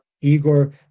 Igor